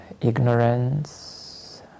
ignorance